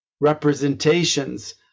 representations